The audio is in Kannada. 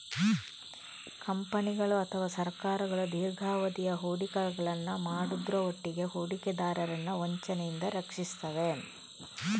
ಕಂಪನಿಗಳು ಅಥವಾ ಸರ್ಕಾರಗಳು ದೀರ್ಘಾವಧಿಯ ಹೂಡಿಕೆಗಳನ್ನ ಮಾಡುದ್ರ ಒಟ್ಟಿಗೆ ಹೂಡಿಕೆದಾರರನ್ನ ವಂಚನೆಯಿಂದ ರಕ್ಷಿಸ್ತವೆ